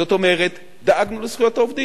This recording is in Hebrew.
זאת אומרת, דאגנו לזכויות העובדים.